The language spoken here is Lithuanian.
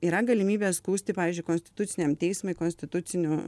yra galimybė skųsti pavyzdžiui konstituciniam teismui konstituciniu